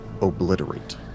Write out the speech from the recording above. obliterate